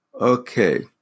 Okay